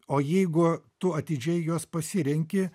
o jeigu tu atidžiai juos pasirenki